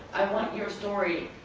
i want your story,